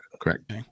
correct